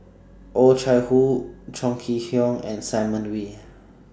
Oh Chai Hoo Chong Kee Hiong and Simon Wee